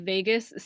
Vegas